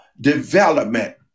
development